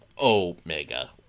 Omega